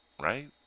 right